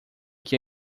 que